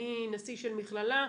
אני נשיא של מכללה,